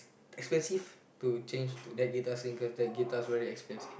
expensive to change to that guitar string cause that guitar's very expensive